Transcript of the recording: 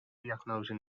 diagnose